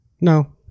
No